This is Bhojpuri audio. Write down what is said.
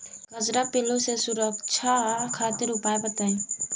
कजरा पिल्लू से सुरक्षा खातिर उपाय बताई?